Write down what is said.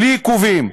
בלי עיכובים,